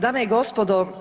Dame i gospodo.